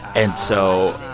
and so.